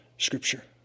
Scripture